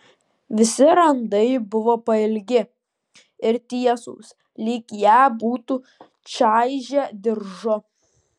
visi randai buvo pailgi ir tiesūs lyg ją būtų čaižę diržu